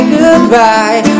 goodbye